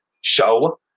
show